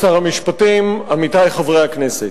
המשפטים, עמיתי חברי הכנסת,